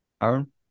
Aaron